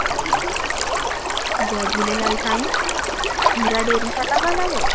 जय झूलेलाल जय झूलेलाल साईं हीरा डेरी सां था ॻाल्हायो